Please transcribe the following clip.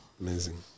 amazing